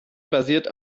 basiert